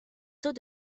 tôt